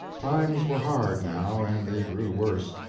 times were hard, now, and they grew worse.